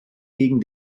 gegen